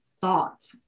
thought